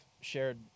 shared